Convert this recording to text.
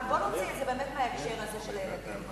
אבל בוא נוציא את זה באמת מההקשר הזה של הילדים,